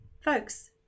Folks